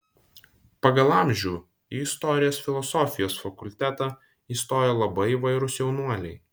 pagal amžių į istorijos filosofijos fakultetą įstojo labai įvairūs jaunuoliai